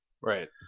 Right